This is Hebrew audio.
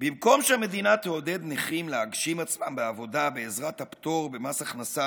במקום שהמדינה תעודד נכים להגשים עצמם בעבודה בעזרת הפטור ממס הכנסה,